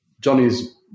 Johnny's